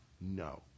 No